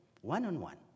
one-on-one